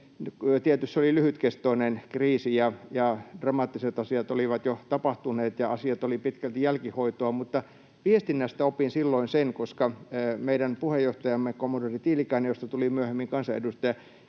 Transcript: Tietysti se oli lyhytkestoinen kriisi, ja dramaattiset asiat olivat jo tapahtuneet, ja asiat olivat pitkälti jälkihoitoa, mutta viestinnästä silloin opin, koska meidän puheenjohtajamme, kommodori Tiilikainen, josta tuli myöhemmin kansanedustaja,